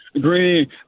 Green